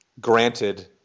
Granted